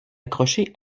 accroché